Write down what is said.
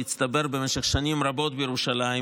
שהצטבר במשך שנים רבות בירושלים,